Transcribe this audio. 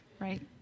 Right